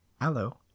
Hello